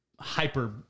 hyper